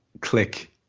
click